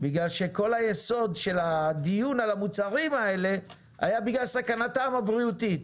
בגלל שכל היסוד של הדיון על המוצרים האלה היה בגלל סכנתם הבריאותית.